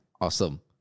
Awesome